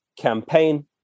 campaign